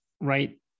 right